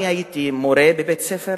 אני הייתי מורה בבית-ספר,